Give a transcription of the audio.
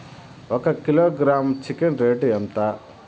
ఒక kilogram chicken rate ఎంత?